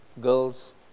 girls